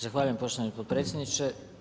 Zahvaljujem poštovani potpredsjedniče.